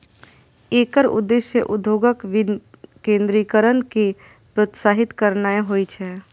एकर उद्देश्य उद्योगक विकेंद्रीकरण कें प्रोत्साहित करनाय होइ छै